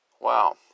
Wow